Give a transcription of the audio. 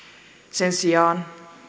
sen sijaan